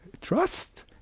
trust